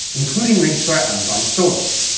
including links to our amazon stores.